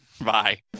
bye